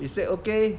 he say okay